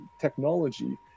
technology